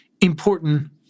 important